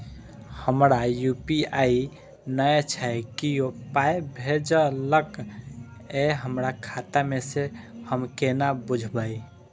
हमरा यू.पी.आई नय छै कियो पाय भेजलक यै हमरा खाता मे से हम केना बुझबै?